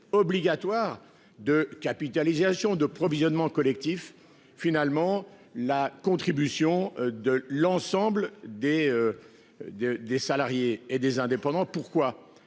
obligatoire de capitalisation, de provisionnement collectif- finalement une contribution de l'ensemble des salariés et des indépendants. Pourquoi ?